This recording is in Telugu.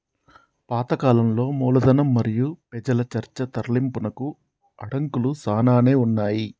పాత కాలంలో మూలధనం మరియు పెజల చర్చ తరలింపునకు అడంకులు సానానే ఉన్నాయి